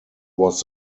was